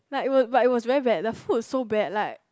like was but was very bad the food so bad like